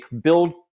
build